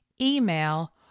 email